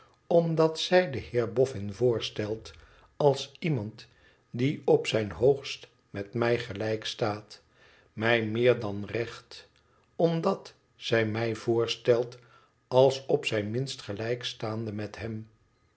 omdat zij den heer boffin voorstelt als iemand die op zijn hoogst met mij gelijk staat mij meer dan recht omdat zij mij voorstelt als op zijn minst gelijk staande met hem